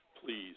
please